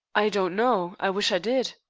i don't know. i wish i did.